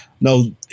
no